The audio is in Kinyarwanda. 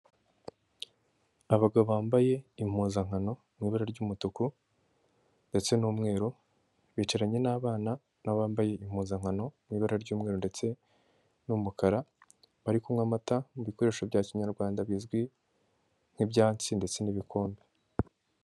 Abagabo bambaye impuzankano mu ibara ry'umutuku ndetse n'umweru, bicaranye n'abana n'abambaye impuzankano mu ibara ry'umweru ndetse n'umukara, bari kunywa amata mu bikoresho bya kinyarwanda, bizwi nk'ibyatsi ndetse n'ibikombe.